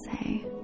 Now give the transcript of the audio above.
say